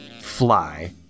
fly